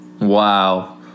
Wow